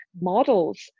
models